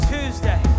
Tuesday